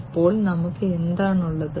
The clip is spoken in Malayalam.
അപ്പോൾ നമുക്ക് എന്താണുള്ളത്